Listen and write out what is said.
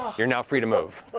you're now free to move.